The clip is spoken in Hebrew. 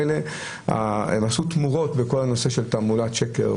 דרכי התעמולה השתנו